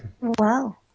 Wow